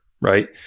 right